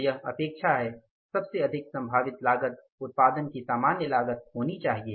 तो यह अपेक्षा है सबसे अधिक संभावित लागत उत्पादन की सामान्य लागत होनी चाहिए